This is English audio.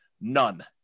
None